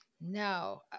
No